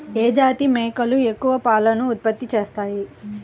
ఏ జాతి మేకలు ఎక్కువ పాలను ఉత్పత్తి చేస్తాయి?